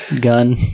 gun